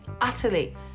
utterly